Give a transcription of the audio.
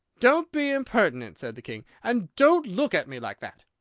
don't be impertinent, said the king, and don't look at me like that!